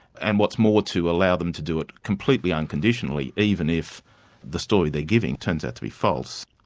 and what's more, to allow them to do it completely unconditionally even if the story they're giving turns out to be false.